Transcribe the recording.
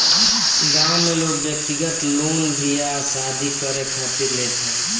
गांव में लोग व्यक्तिगत लोन बियाह शादी करे खातिर लेत हवे